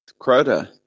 Crota